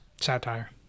Satire